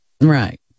Right